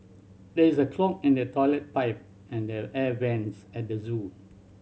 there is a clog in the toilet pipe and the air vents at the zoo